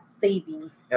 Savings